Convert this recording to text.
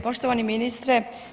Poštovani ministre.